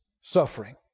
suffering